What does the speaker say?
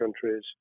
countries